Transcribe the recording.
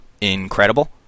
incredible